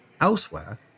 Elsewhere